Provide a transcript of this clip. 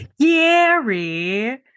gary